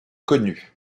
connu